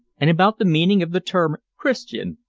and about the meaning of the term christian,